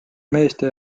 meeste